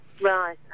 right